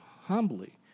humbly